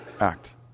act